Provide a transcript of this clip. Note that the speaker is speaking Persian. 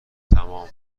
تمام